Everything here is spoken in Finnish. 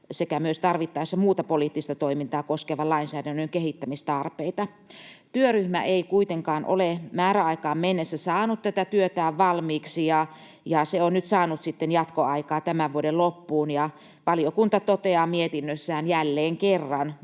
sekä myös tarvittaessa muuta poliittista toimintaa koskevan lainsäädännön kehittämistarpeita. Työryhmä ei kuitenkaan ole määräaikaan mennessä saanut tätä työtään valmiiksi ja se on nyt saanut sitten jatkoaikaa tämän vuoden loppuun. Valiokunta toteaa mietinnössään jälleen kerran,